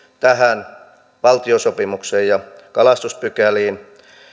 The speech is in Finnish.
tähän valtiosopimukseen ja kalastuspykäliin